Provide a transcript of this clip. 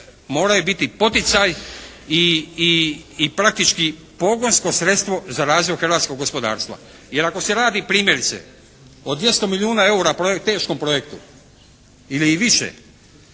moraju biti poticaj i praktički pogonsko sredstvo za razvoj hrvatskog gospodarstva, jer ako se radi primjerice o 200 milijuna eura teškom projektu ili i više